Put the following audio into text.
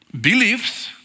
beliefs